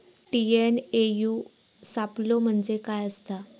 TNAU सापलो म्हणजे काय असतां?